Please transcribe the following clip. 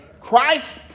Christ